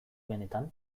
benetan